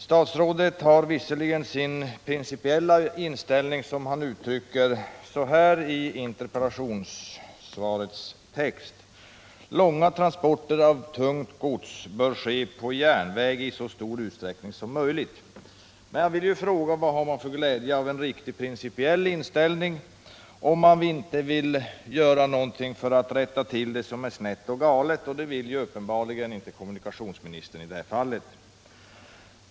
Statsrådet har visserligen sin principiella inställning som han uttrycker så här i interpellationssvaret: Långa transporter av tungt gods bör ske på järnväg i så stor utsträckning som möjligt. Men vad har man för glädje av en riktig principiell inställning om man inte vill göra något för att rätta till det som är snett och galet? Och det vill uppenbarligen inte kommunikationsministern i det här fallet.